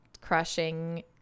crushing